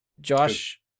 Josh